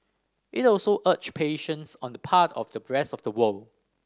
it also urged patience on the part of the rest of the world